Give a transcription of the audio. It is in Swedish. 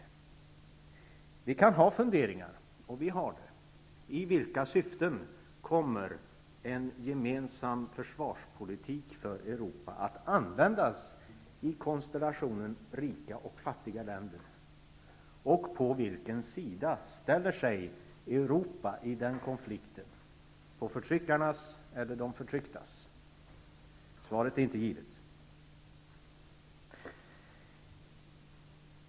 Vi kan ha funderingar -- och det har vi -- om i vilka syften en gemensam försvarspolitik kommer att användas i konstellationen rika och fattiga länder. På vilken sida ställer sig Europa i den konflikten, på förtryckarnas eller de förtrycktas? Svaret är inte givet.